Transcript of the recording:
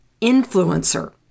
influencer